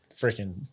freaking